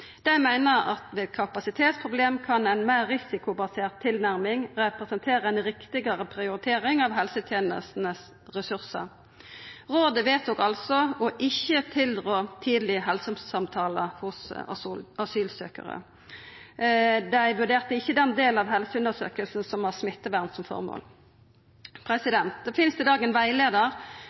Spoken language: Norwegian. Dei meiner at ved kapasitetsproblem kan ei meir risikobasert tilnærming representera ei meir riktig prioritering av ressursane i helsetenesta. Rådet vedtok altså ikkje å tilrå tidlege helsesamtalar for asylsøkjarar. Dei vurderte ikkje den delen av helseundersøkinga som har smittevern som føremål. Det finst i dag ein